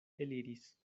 eliris